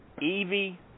Evie